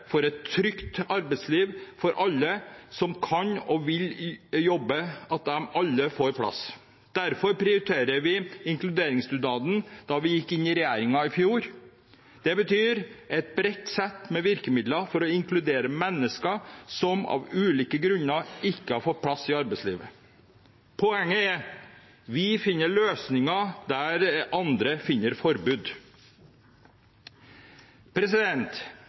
for et trygt arbeidsliv for alle som kan og vil jobbe – at alle disse får plass. Derfor prioriterte vi inkluderingsdugnaden da vi gikk inn i regjeringen i fjor. Det betyr et bredt sett med virkemidler for å inkludere mennesker som av ulike grunner ikke har fått plass i arbeidslivet. Poenget er: Vi finner løsninger der andre finner forbud.